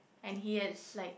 and he is like